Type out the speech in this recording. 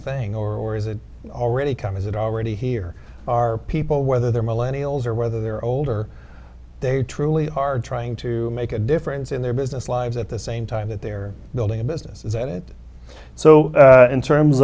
thing or is it already come is it already here are people whether they're millennia old or whether they're older they truly are trying to make a difference in their business lives at the same time that they're building a business is that it so in terms